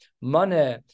money